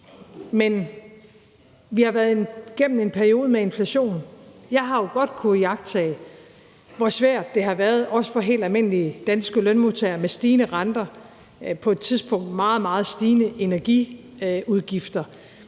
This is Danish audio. Men vi har været gennem en periode med inflation. Jeg har jo godt kunnet iagttage, hvor svært det har været for også helt almindelige danske lønmodtagere med stigende renter, på et tidspunkt meget, meget stigende energiudgifter,